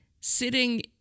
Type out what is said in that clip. sitting